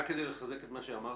רק כדי לחזק את מה שאמרת,